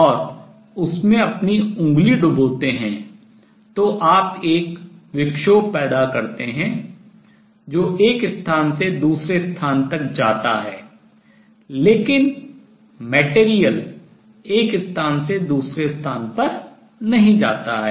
और उसमें अपनी उंगली डुबोते हैं तो आप एक विक्षोभ पैदा करते हैं जो एक स्थान से दूसरे स्थान तक जाता है लेकिन material एक स्थान से दूसरे स्थान पर नहीं जाता है